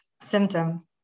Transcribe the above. symptom